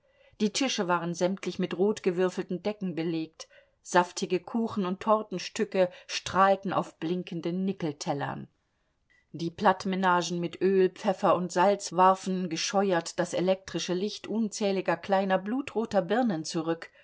die tische waren sämtlich mit rotgewürfelten decken belegt saftige kuchen und tortenstücke strahlten auf blinkenden nickeltellern die plattmenagen mit öl pfeffer und salz warfen gescheuert das elektrische licht unzähliger kleiner blutroter birnen zurück